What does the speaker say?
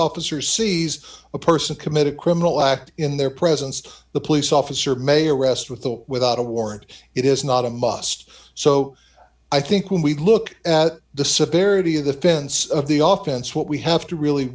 officer sees a person commit a criminal act in their presence the police officer may arrest with or without a warrant it is not a must so i think when we look at the severity of the fence of the office what we have to really